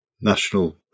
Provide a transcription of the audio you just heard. National